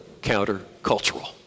countercultural